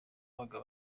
w’abo